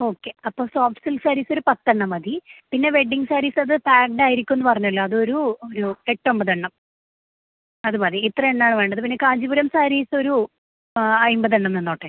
okay അപ്പോള് soft silk saris ഒരു പത്തെണ്ണം മതി പിന്നെ വെഡ്ഡിംഗ് സാരീസ് അത് പാക്ക്ഡായിരിക്കുമെന്നു പറഞ്ഞല്ലോ അതൊരു ഒരു എട്ടൊന്പതെണ്ണം അത് മതി ഇത്രയെണ്ണമാണ് വേണ്ടത് പിന്നെ കാഞ്ചീപുരം സാരീസൊരു അയ്മ്പതെണ്ണം നിന്നോട്ടെ